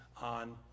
on